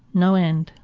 no end.